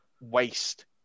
waste